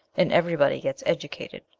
and everybody gets educated.